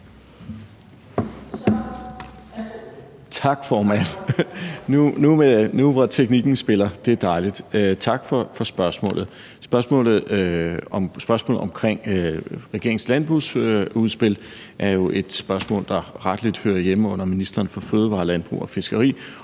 Tak, formand, nu spiller teknikken. Det er dejligt. Tak for spørgsmålet. Spørgsmålet om regeringens landbrugsudspil er jo et spørgsmål, der rettelig hører hjemme under ministeren for fødevarer, landbrug og fiskeri,